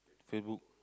Facebook